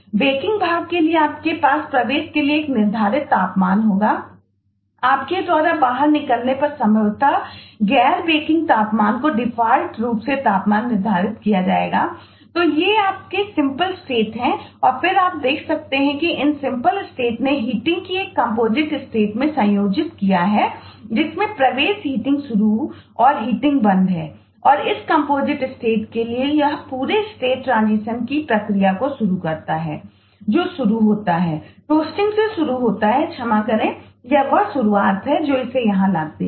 baking से शुरू होता है क्षमा करें यह वह शुरुआत है जो इसे यहां लाती है